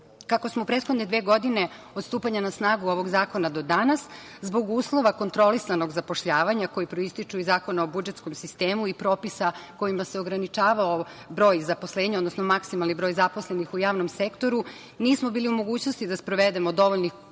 smo prethodne dve godine od stupanja na snagu ovog zakona do danas, zbog uslova kontrolisanog zapošljavanja koji proističu iz Zakona o budžetskom sistemu i propisa kojima se ograničavao broj zaposlenja odnosno maksimalni broj zaposlenih u javnom sektoru, nismo bili u mogućnosti da sprovedemo dovoljno